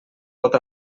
pot